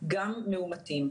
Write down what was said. גם מאומתים.